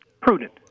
prudent